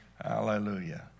Hallelujah